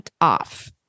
off